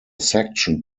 section